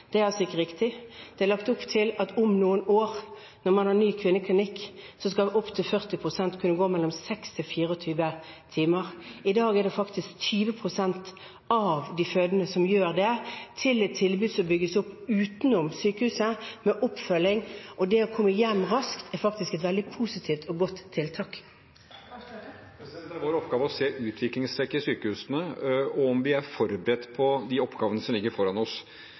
Det er ikke riktig. Det er lagt opp til at om noen år, når man har ny kvinneklinikk, skal opptil 40 pst. kunne dra etter 6–24 timer. I dag er det faktisk 20 pst. av de fødende som gjør det, ved et tilbud som bygges opp utenom sykehusene, med oppfølging. Det å komme hjem raskt er faktisk et veldig positivt og godt tiltak. Det er vår oppgave å se utviklingstrekk i sykehusene og om vi er forberedt på de oppgavene som ligger foran oss.